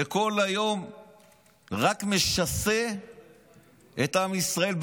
וכל היום רק משסה את עם ישראל,